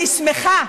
אני שמחה,